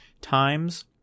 times